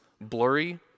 blurry